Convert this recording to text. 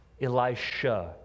Elisha